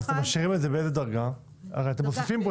באיזו דרגה אתם משאירים את זה?